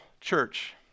Church